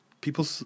people